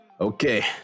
Okay